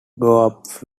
group